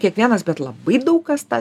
kiekvienas bet labai daug kas tą